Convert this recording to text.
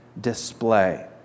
display